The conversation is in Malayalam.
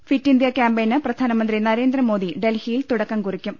ഫിറ്റ് ഇന്ത്യ കാമ്പയിന് പ്രധാനമന്ത്രി നരേന്ദ്രമോദി ഡൽഹിയിൽ തുടക്കംകുറിക്കും